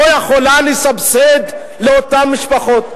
לא יכולה לסבסד לאותן משפחות?